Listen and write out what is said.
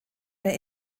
mehr